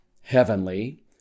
heavenly